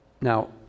Now